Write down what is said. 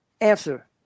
answer